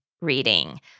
reading